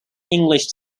english